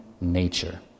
nature